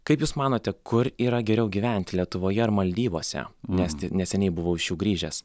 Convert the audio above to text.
kaip jūs manote kur yra geriau gyventi lietuvoje ar maldyvuose nes neseniai buvau iš jų grįžęs